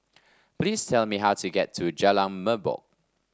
please tell me how to get to Jalan Merbok